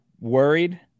worried